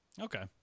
Okay